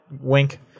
wink